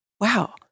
Wow